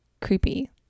creepy